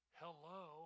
hello